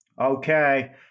Okay